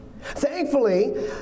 Thankfully